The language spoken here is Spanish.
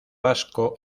vasco